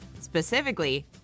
specifically